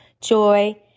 joy